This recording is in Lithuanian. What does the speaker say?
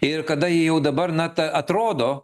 ir kada ji jau dabar na ta atrodo